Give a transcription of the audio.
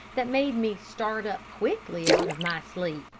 that made me start up quickly out of my sleep.